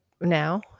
now